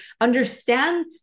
understand